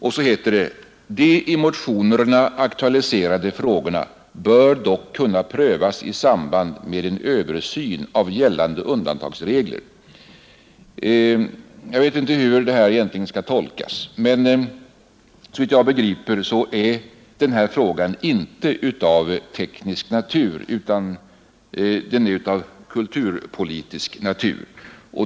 Och så heter det: ”De i motionerna aktualiserade frågorna bör dock kunna prövas i samband med en översyn av gällande undantagsregler.” Jag vet inte hur detta egentligen skall tolkas, men såvitt jag förstår är denna fråga inte av teknisk utan av kulturpolitisk natur.